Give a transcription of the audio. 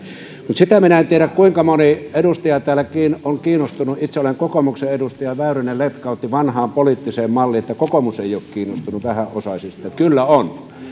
mutta sitä minä en tiedä kuinka moni edustaja täällä on kiinnostunut vähäosaisista itse olen kokoomuksen edustaja väyrynen letkautti vanhaan poliittiseen malliin että kokoomus ei ole kiinnostunut vähäosaisista kyllä on